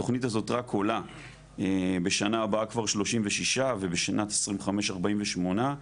התוכנית הזאת רק עולה ובשנה הבאה 36,000 ובשנת 2025 - 48,000.